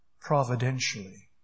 providentially